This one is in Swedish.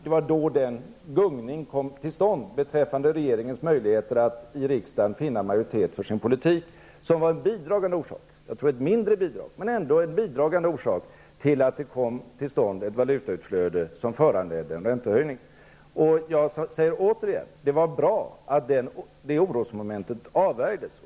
Det var då den gungning kom till stånd beträffande regeringens möjligheter att i riksdagen finna majoritet för sin politik som var en bidragande orsak, jag tror att det var ett mindre bidrag, men ändå en bidragande orsak till det valutautflöde som föranledde en räntehöjning. Jag säger återigen att det var bra att det orosmomentet avvärjdes.